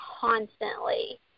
constantly